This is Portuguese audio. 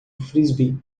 frisbee